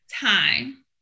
time